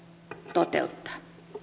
toteuttaa